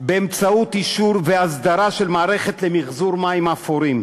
באמצעות אישור ואסדרה של מערכת למחזור מים אפורים.